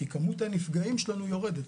כי כמות הנפגעים שלנו יורדת.